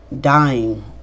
dying